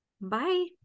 Bye